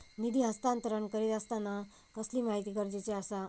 निधी हस्तांतरण करीत आसताना कसली माहिती गरजेची आसा?